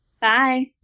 Bye